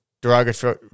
derogatory